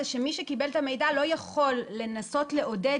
שמי שקיבל את המידע לא יכול לנסות לעודד